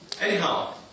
Anyhow